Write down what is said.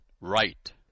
right